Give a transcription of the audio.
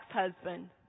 ex-husband